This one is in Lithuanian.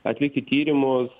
atlikti tyrimus